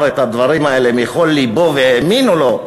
את הדברים האלה מכל לבו והאמינו לו,